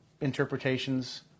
interpretations